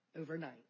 overnight